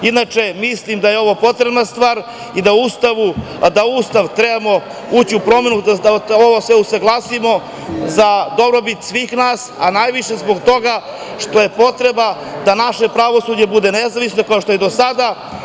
Inače, mislim da je ovo potrebna stvar i da Ustav treba ući u promenu, da ovo sve usaglasimo za dobrobit svih nas, a najviše zbog toga što je potreba da naše pravosuđe bude nezavisno, kao što je do sada.